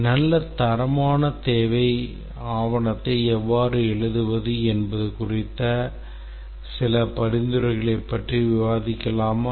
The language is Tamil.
நல்ல தரமான தேவை ஆவணத்தை எவ்வாறு எழுதுவது என்பது குறித்த சில பரிந்துரைகளைப் பற்றி விவாதிக்கலாமா